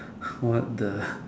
what the